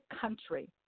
country